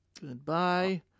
Goodbye